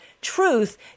truth